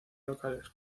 locales